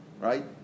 right